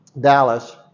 Dallas